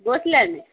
গৈছিলেনি